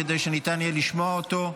כדי שניתן יהיה לשמוע אותו.